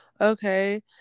okay